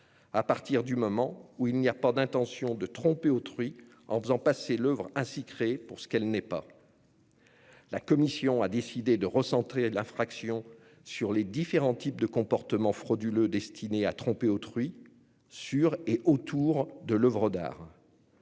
d'art dès lors qu'il n'y a pas d'intention de tromper autrui en faisant passer l'oeuvre ainsi créée pour ce qu'elle n'est pas. La commission a décidé de recentrer l'infraction sur les différents types de comportements frauduleux destinés à tromper autrui sur et autour de l'oeuvre d'art.